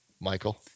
Michael